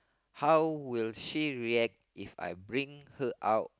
how will she react If I bring her out